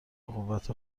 بقوت